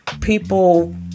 people